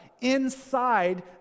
inside